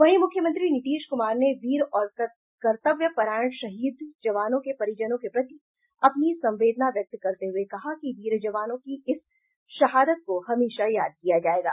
वहीं मुख्यमंत्री नीतीश कुमार ने वीर और कर्तव्यपरायण शहीद जवानों के परिजनों के प्रति अपनी संवेदना व्यक्त करते हुए कहा कि वीर जवानों की इस शहादत को हमेशा याद किया जायेगा